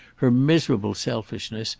her miserable selfishness,